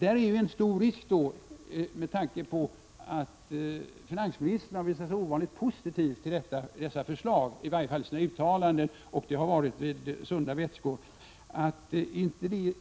Det är en risk med detta eftersom finansministern — i varje fall i sina uttalanden, och dessa har han gjort vid sunda vätskor — har visat sig ovanligt positiv till dessa förslag. Ar inte detta